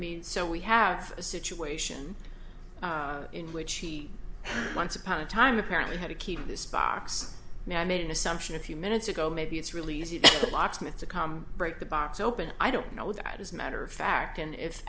mean so we have a situation in which he once upon a time apparently had a key to this box now i made an assumption a few minutes ago maybe it's really easy to get locksmith to come break the box open i don't know that as a matter of fact and i